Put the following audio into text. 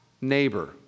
neighbor